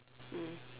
mm